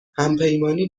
همپیمانی